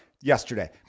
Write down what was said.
Yesterday